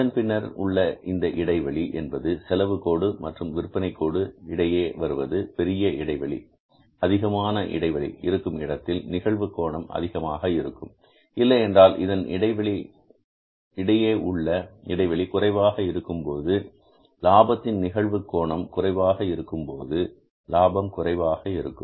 அதன் பின்னர் உள்ள இந்த இடைவெளி என்பது செலவு கோடு மற்றும் விற்பனை கோடு இடையே வருவது பெரிய இடைவெளி அதிகமான இடைவெளி இருக்கும் இடத்தில் நிகழ்வு கோணம் அதிகமாக இருக்கும் இல்லையென்றால் இதன் இடையே உள்ள இடைவெளி குறைவாக இருக்கும்போது லாபத்தின் நிகழ்வு கோணம் குறைவாக இருக்கும்போது லாபம் குறைவாக இருக்கும்